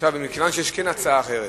מכיוון שיש כן הצעה אחרת,